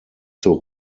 zur